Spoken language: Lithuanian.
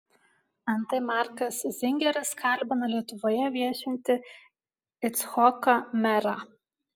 antai markas zingeris kalbina lietuvoje viešintį icchoką merą